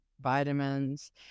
vitamins